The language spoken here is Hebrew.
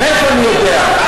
מאיפה אני יודע?